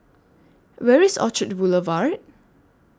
Where IS Orchard Boulevard